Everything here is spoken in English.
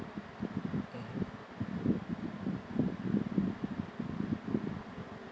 (uh huh)